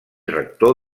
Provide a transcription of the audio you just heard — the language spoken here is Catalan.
rector